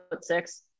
six